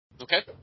Okay